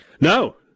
No